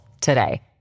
today